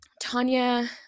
Tanya